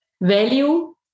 value